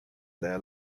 their